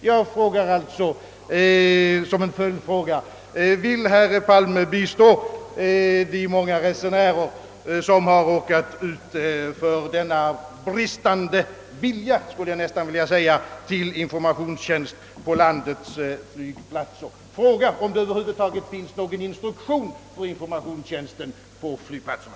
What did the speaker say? Jag ställer nu denna följdfråga: Vill herr Palme bistå de många resenärer som råkar ut för denna bristande vilja — jag skulle vilja kalla det så — till information, t.ex. genom att efterhöra om det över huvud taget finns någon instruktion för informationstjänsten på flygplatserna?